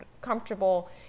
comfortable